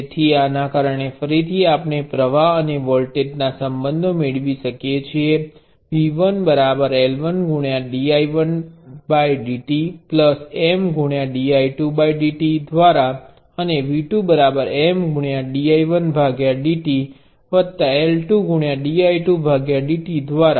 તેથી આના કારણે ફરીથી આપણે પ્રવાહ અને વોલ્ટેજ ના સંબંધો મેળવી શકીએ છીએ જે V 1 L1 dI1dt M dI2dt દ્વારા અને V2 M dI1dt L2 dI2 dt દ્વારા